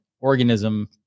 organism